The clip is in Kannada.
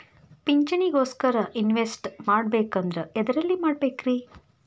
ಪಿಂಚಣಿ ಗೋಸ್ಕರ ಇನ್ವೆಸ್ಟ್ ಮಾಡಬೇಕಂದ್ರ ಎದರಲ್ಲಿ ಮಾಡ್ಬೇಕ್ರಿ?